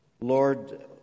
Lord